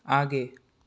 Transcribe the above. आगे